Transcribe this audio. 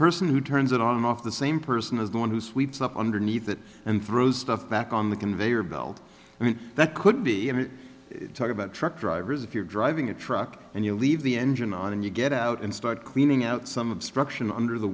person who turns it on and off the same person as the one who sweeps up underneath it and throws stuff back on the conveyor belt i mean that could be even talk about truck drivers if you're driving a truck and you leave the engine on and you get out and start cleaning out some obstruction under the